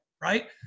right